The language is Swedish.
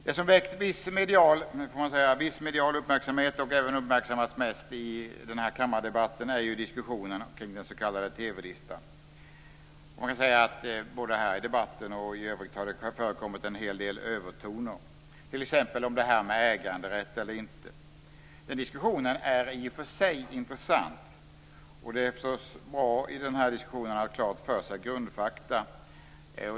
Det som väckt viss medial uppmärksamhet och även uppmärksammats mest i den här kammardebatten är diskussionen kring den s.k. TV-listan. Både här och i övrigt har det förekommit en hel del övertoner, t.ex. om detta med äganderätt eller inte. Den diskussionen är i och för sig intressant, och det är förstås bra att ha klart för sig grundfakta.